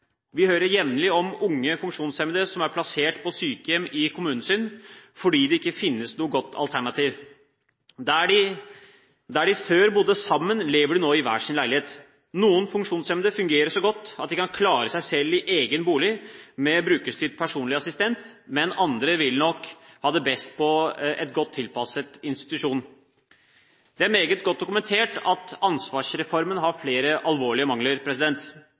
Vi hører jevnlig om unge funksjonshemmede som er plassert på sykehjem i kommunen sin, fordi det ikke finnes noe godt alternativ. Der de før bodde sammen, lever de nå i hver sin leilighet. Noen funksjonshemmede fungerer så godt at de kan klare seg selv i egen bolig med brukerstyrt personlig assistent, mens andre nok vil ha det best på en godt tilpasset institusjon. Det er meget godt dokumentert at ansvarsreformen har flere alvorlige mangler.